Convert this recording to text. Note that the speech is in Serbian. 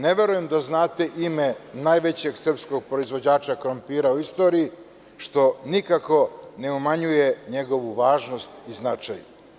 Ne verujem da znate ime najvećeg srpskog proizvođača krompira u istoriji, što nikako ne umanjuje njegovu važnost i značaj.